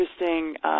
interesting